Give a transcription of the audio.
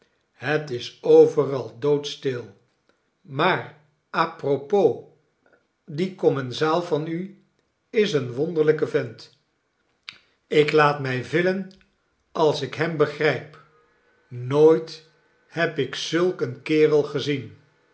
het is overal doodstil maar apropos die commensaal van u is een wonderlijke vent ik laat mij villen als ik hem begrijp nooit heb ik zulk een kerel gezien